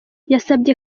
yasabye